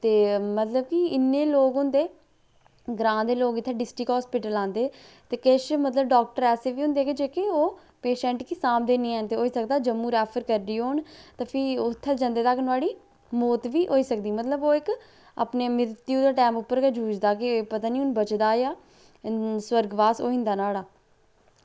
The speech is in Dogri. ते मतलब की इन्ने लोग होंदे ग्रांऽ दे लोग इत्थें डिस्ट्रिक्ट हास्पिटल आंदे ते किश मतलव डाक्टर ऐसे बी होंदे कि जेह्के ओह् पेशैंट गी साभंदे निं हैन ते हो सकदा जम्मू रैफर करदे होन ते फ्ही उत्थें जंदे तक नुहाड़ी मौत बी होई सकदी मतलब ओह् इक अपनी मृत्यु दे टाईम उप्पर गै झुज्दा के पता निं हून बचदा यां स्वर्गवास होई जंदा नुहाड़ा